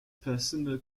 personal